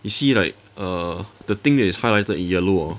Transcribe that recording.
you see like err the thing that is highlighted in yellow orh